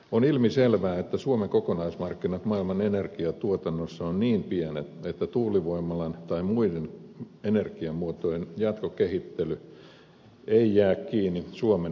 on ilmiselvää että suomen kokonaismarkkinat maailman energiantuotannossa ovat niin pienet että tuulivoimalan tai muiden energiamuotojen jatkokehittely ei jää kiinni suomen päätöksistä